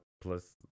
Plus